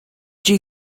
you